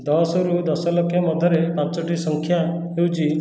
ଦଶରୁ ଦଶ ଲକ୍ଷ ମଧ୍ୟରେ ପାଞ୍ଚଟି ସଂଖ୍ୟା ହେଉଛି